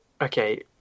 okay